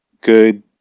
good